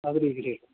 अगदी ग्रेट